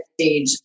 stage